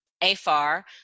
AFAR